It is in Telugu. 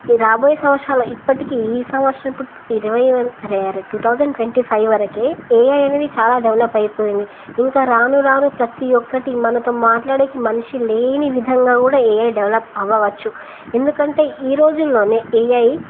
ఈ రాబోయేసంవత్సరాలు ఇప్పటిీ ఈ సంవత్సర ఇరవై రేర్ టు థౌసండ్ ట్వంటీ ఫైవ్ వరకే ఏఐ అనేది చాలా డెవలప్ అయిపోయింది ఇంకా రాను రాను ప్రతి ఒక్కటి మనతో మాట్లాడకి మనిషి లేని విధంగా కూడా ఏఐ డెవలప్ అవ్వవచ్చు ఎందుకంటే ఈ రోజుల్లోనే ఏఐ